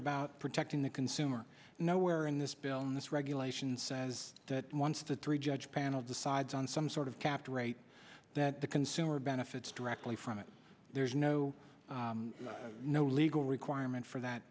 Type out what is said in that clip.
about protecting the consumer nowhere in this bill and this regulation says that once the three judge panel decides on some sort of capped rate that the consumer benefits directly from it there's no no legal requirement for that